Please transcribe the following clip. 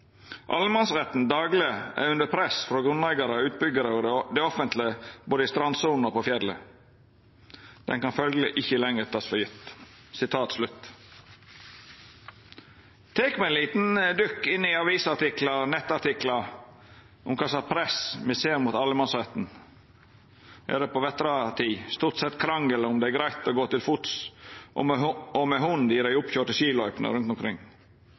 daglig er under press fra grunneiere, utbyggere og det offentlige, både i strandsonen og på fjellet. Den kan følgelig ikke lenger tas for gitt.» Tek me eit lite dykk i avisartiklar og nettartiklar og ser på kva slags press det er mot allemannsretten, er det på vinterstid stort sett krangel om det er greitt å gå til fots og med hund i dei oppkøyrde skiløypene rundt omkring,